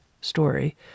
story